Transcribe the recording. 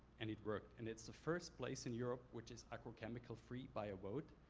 and it worked. and it's the first place in europe which is agrochemical free by ah vote.